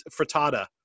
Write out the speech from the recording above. Frittata